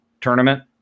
tournament